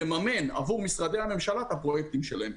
היא תחסוך את זה שאני כקבלן אממן עבור משרדי הממשלה את הפרויקטים שלהם,